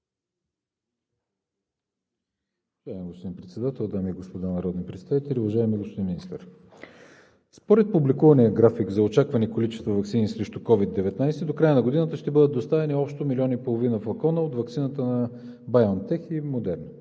Уважаеми господин Председател, дами и господа народни представители! Уважаеми господин Министър, според публикувания график за очаквани количества ваксини срещу COVID-19, до края на годината ще бъдат доставени общо милион и половина флакона от ваксината на BioNTech и Moderna.